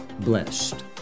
blessed